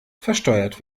versteuert